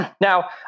Now